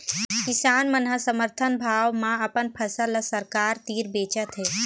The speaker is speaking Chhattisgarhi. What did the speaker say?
किसान मन ह समरथन भाव म अपन फसल ल सरकार तीर बेचत हे